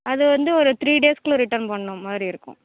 அது வந்து ஒரு த்ரீ டேஸுக்குள்ள ரிட்டர்ன் பண்ணணும் மாதிரி இருக்கும்